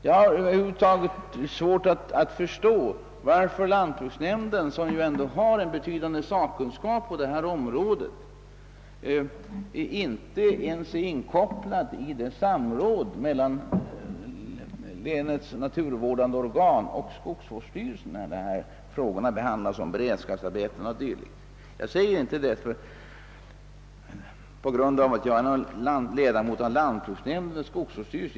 Jag har över huvud taget svårt att förstå varför lantbruksnämnden, som ändå har en betydande sakkunskap på detta område, inte ens är inkopplad i det samråd som förekommer mellan länets naturvårdande organ och skogsvårdsstyrelsen vid behandlingen av frå sor om beredskapsarbeten o. d. Jag har inte denna inställning därför att jag är ledamot av en lantbruksnämnd eller skogsvårdsstyrelse.